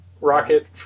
Rocket